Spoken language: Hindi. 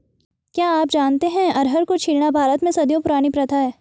क्या आप जानते है अरहर को छीलना भारत में सदियों पुरानी प्रथा है?